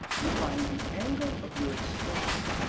you find the angle of your expression.